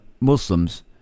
Muslims